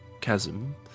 chasm